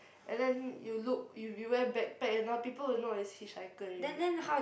and then you look if you wear backpack and all people will know it's hitchhiker already